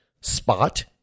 spot